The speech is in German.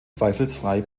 zweifelsfrei